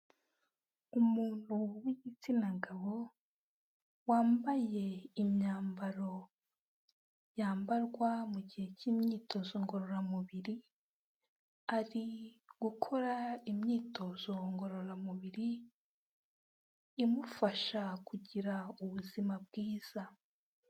Umuntu w'igitsina gabo, wambaye imyambaro yambarwa mu gihe cy'imyitozo ngororamubiri, ari gukora imyitozo ngororamubiri, imufasha kugira ubuzima bwiza.